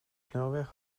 snelweg